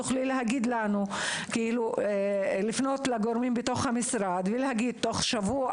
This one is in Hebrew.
תוכלי לפנות לגורמים בתוך המשרד ולהגיד שתוך שבוע או